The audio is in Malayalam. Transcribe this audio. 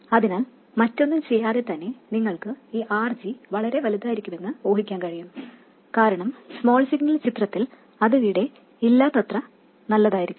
അതിനാൽ മറ്റൊന്നും ചെയ്യാതെ തന്നെ നിങ്ങൾക്ക് ഈ RG വളെരെ വലുതായിരിക്കണമെന്ന് ഊഹിക്കാൻ കഴിയും കാരണം സ്മോൾ സിഗ്നൽ ചിത്രത്തിൽ അത് അവിടെ ഇല്ലാത്തത്ര നല്ലതായിരിക്കണം